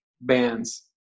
bands